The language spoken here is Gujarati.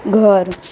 ઘર